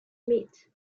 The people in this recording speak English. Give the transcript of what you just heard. meat